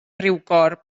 riucorb